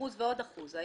אחוז ועוד אחוז.